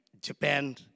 Japan